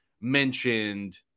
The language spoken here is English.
mentioned